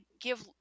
give